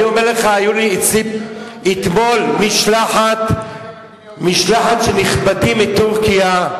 אני אומר לך: היתה לי אתמול משלחת של נכבדים מטורקיה,